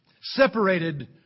separated